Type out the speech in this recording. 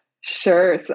Sure